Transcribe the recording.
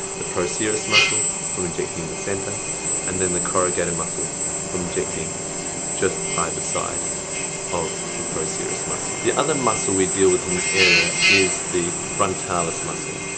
the procerus muscle from injecting the center and then the corrugator muscles from injecting just by the side of the procerus muscle. the other muscle we deal with this in this area is the frontalis muscle.